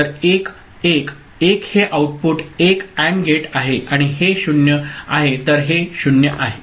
तर 1 1 1 हे output 1 AND gate आहे आणि हे 0 आहे तर हे 0 आहे